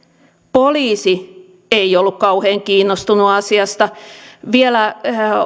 poliisi ei ollut kauhean kiinnostunut asiasta vielä